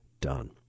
done